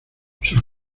sus